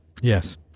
Yes